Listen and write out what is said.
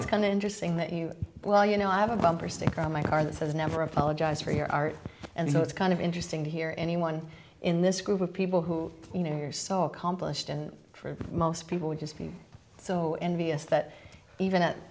it's kind of interesting that you well you know i have a bumper sticker on my car that says never apologize for your art and so it's kind of interesting to hear anyone in this group of people who you know your saw accomplished and for most people would just be so envious that even at